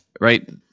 right